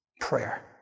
prayer